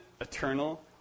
eternal